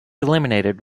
eliminated